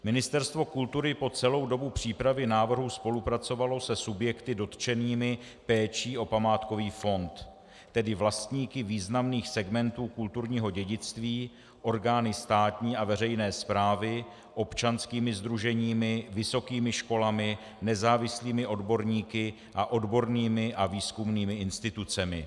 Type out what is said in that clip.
Ministerstvo kultury po celou dobu přípravy návrhu spolupracovalo se subjekty dotčenými péčí o památkový fond, tedy vlastníky významných segmentů kulturního dědictví, orgány státní a veřejné správy, občanskými sdruženími, vysokými školami, nezávislými odborníky a odbornými a výzkumnými institucemi.